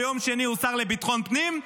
ביום שני הוא השר לביטחון פנים,